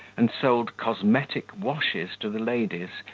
and sold cosmetic washes to the ladies,